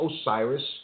Osiris